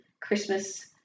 Christmas